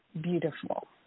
beautiful